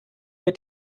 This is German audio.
mit